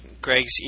Greg's